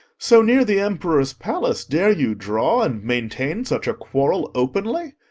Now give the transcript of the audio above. so near the emperor's palace dare ye draw and maintain such a quarrel openly?